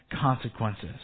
consequences